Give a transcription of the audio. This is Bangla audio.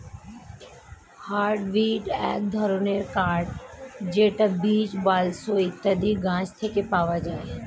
হার্ডউড এক ধরনের কাঠ যেটা বীচ, বালসা ইত্যাদি গাছ থেকে পাওয়া যায়